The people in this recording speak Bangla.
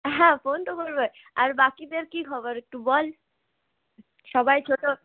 হ্যাঁ ফোন তো করবই আর বাকিদের কী খবর একটু বল সবাই ছোট